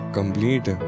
complete